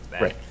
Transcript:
right